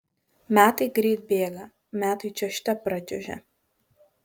metai greit bėga metai čiuožte pračiuožia